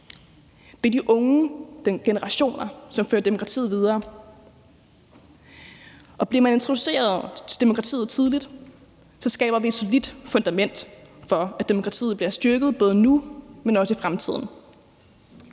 Det er de unge og den generation, som fører demokratiet videre. Bliver man introduceret til demokratiet tidligt, skaber vi et solidt fundament for, at demokratiet bliver styrket både nu, men også i fremtiden.